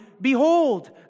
Behold